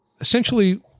essentially